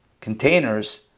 containers